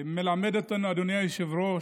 מלמד אותנו, אדוני היושב-ראש,